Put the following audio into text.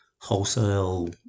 wholesale